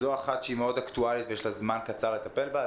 זו אחת שהיא מאוד אקטואלית ויש זמן קצר לטפל בה,